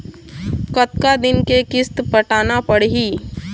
कतका दिन के किस्त पटाना पड़ही?